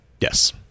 Yes